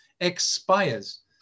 expires